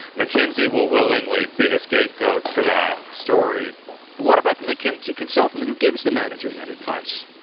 mckinsey will willingly be the scapegoat for that story what about the mckinsey consultant who gives the manager that advice?